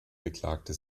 beklagte